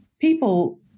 people